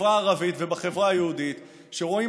בחברה הערבית ובחברה היהודית שרואים